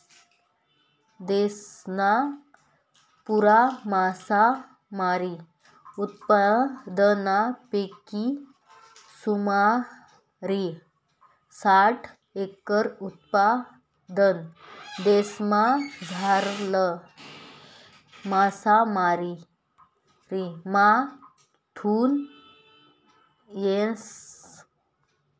देशना पुरा मासामारी उत्पादनपैकी सुमारे साठ एकर उत्पादन देशमझारला मासामारीमाथून येस